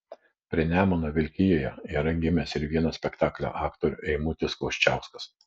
prie nemuno vilkijoje yra gimęs ir vienas spektaklio aktorių eimutis kvoščiauskas